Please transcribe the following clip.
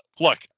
Look